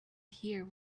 here